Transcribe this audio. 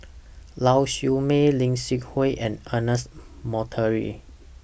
Lau Siew Mei Lim Seok Hui and Ernest Monteiro